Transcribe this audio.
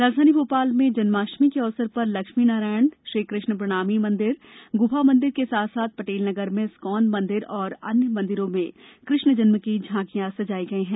राजधानी भोपाल में जन्माष्टमी के अवसर पर लक्ष्मीनारायण श्रीकृष्णप्रणामीगुफामंदिर के साथ साथ पटेलनगर में एस्कॉन मंदिर और अन्य मंदिरों में कृष्णजन्म की झांकिया सजाई गई है